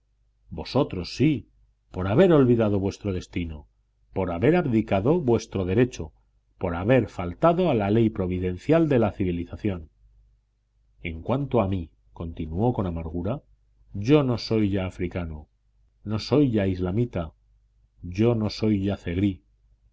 vosotros sí por haber olvidado vuestro destino por haber abdicado vuestro derecho por haber faltado a la ley providencial de la civilización en cuanto a mí continuó con amargura yo no soy ya africano no soy ya islamita yo no soy ya